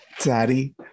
daddy